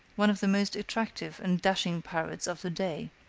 one of the most attractive and dashing pirates of the day.